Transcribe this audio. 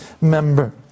member